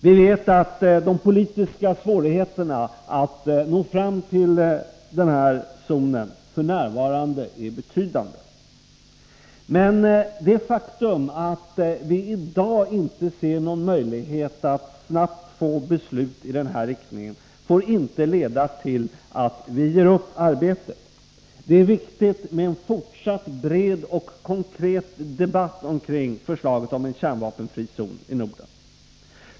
Vi vet att de politiska svårigheterna att nå fram till denna lösning f. n. är betydande. Men det faktum att vi i dag inte ser någon möjlighet att snart få beslut i denna riktning får inte leda till att vi ger upp arbetet. Det är viktigt med en fortsatt bred och konkret debatt angående förslaget om en kärnvapenfri zon i Norden.